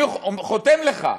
אני חותם לך,